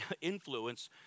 influence